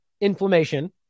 inflammation